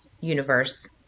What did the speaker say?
universe